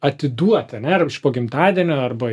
atiduoti ane ar iš po gimtadienio arba